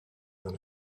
dont